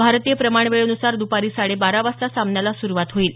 भारतीय प्रमाणवेळेन्सार दुपारी साडे बारा वाजता सामन्याला सुरुवात होईल